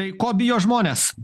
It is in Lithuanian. tai ko bijo žmonės